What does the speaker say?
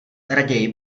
raději